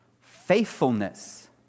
Faithfulness